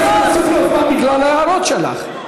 אני צריך להוסיף לו זמן בגלל ההערות שלך.